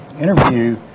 interview